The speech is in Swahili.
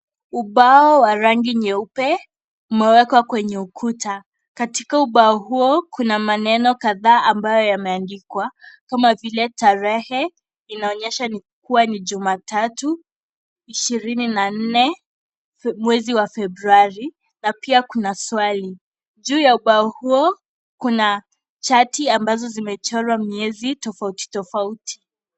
Ubao wa rangi nyeupe umewekwa kwenye ukuta. Katika ubao huo kuna maneno kadhaa ambayo yameandikwa kama vile tarehe inaonyesha kuwa ni jumatatu ishirini na nne mwezi wa februari na pia kuna swali. Juu ya ubao huo kuna chati ambazo zimechorwa miezi tofauti tofauti.